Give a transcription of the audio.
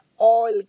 oil